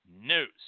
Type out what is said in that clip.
news